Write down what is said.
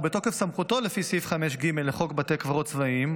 ובתוקף סמכותו לפי סעיף 5(ג) לחוק בתי קברות צבאיים,